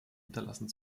hinterlassen